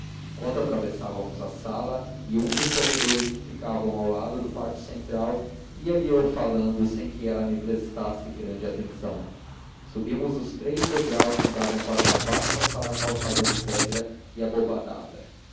enquanto atravessávamos a sala e um dos corredores que ficavam ao lado do pátio central ia-lhe eu falando sem que ela me prestasse grande atenção subimos os três degraus que davam para uma vasta sala calçada de pedra e abobadada